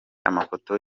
amafoto